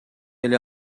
эле